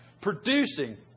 producing